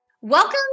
Welcome